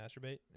masturbate